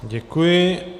Děkuji.